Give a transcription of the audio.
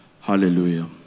Hallelujah